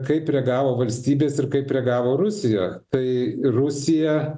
kaip reagavo valstybės ir kaip reagavo rusija tai rusija